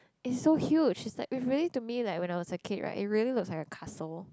is so huge is like it really to me when I was a kid right it really look like a castle